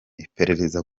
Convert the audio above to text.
iperereza